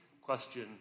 question